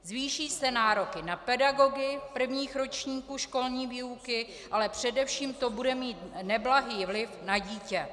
Zvýší se nároky na pedagogy prvních ročníků školní výuky, ale především to bude mít neblahý vliv na dítě.